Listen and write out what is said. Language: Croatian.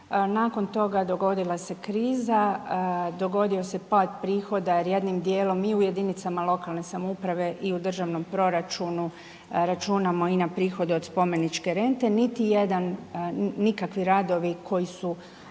nakon toga dogodila se kriza, dogodio se pad prihoda jer jednim dijelom mi u jedinicama lokalne samouprave i u državnom proračunu računamo i na prihode od spomeničke rente. Niti jedan nikakvi radovi koji su